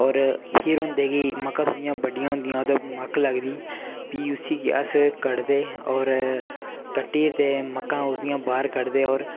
होर फिर होंदे कि मक्कां थोह्ड़ियां बड्डियां होंदियां ते मक्क लगदी फ्ही उसी अस कड्ढदे होर कड्डी'र ते मक्कां ओह्दियां बाह्र कढदे होर